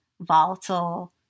volatile